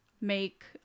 make